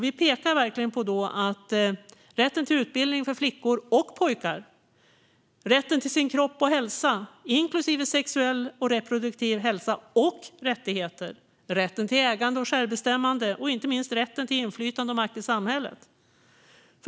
Vi pekar på rätten till utbildning för flickor och pojkar, rätten till sin kropp och hälsa, inklusive sexuell och reproduktiv hälsa och rättigheter, rätten till ägande och självbestämmande och inte minst rätten till inflytande och makt i samhället.